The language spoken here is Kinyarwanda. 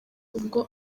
ubwo